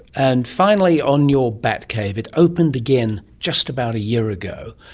and finally on your bat cave, it opened again just about a year ago.